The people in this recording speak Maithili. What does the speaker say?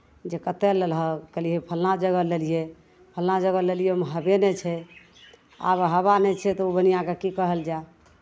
जे कतय लेलहक तऽ कहलियै फल्लाँ जगह लेलियै फल्लाँ जगह लेलियै ओहिमे हवे नहि छै आब हवा नहि छै तऽ ओहि बनिआँकेँ की कहल जाय